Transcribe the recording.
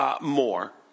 more